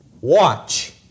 Watch